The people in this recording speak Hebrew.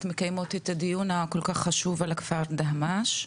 מקיימות את הדיון הכול כך חשוב על הכפר דהמש.